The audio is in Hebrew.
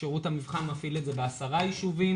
שירות המבחן מפעיל את זה בעשרה יישובים,